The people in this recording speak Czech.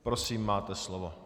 Prosím, máte slovo.